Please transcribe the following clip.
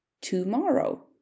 tomorrow